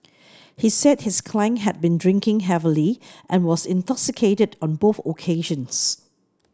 he said his client had been drinking heavily and was intoxicated on both occasions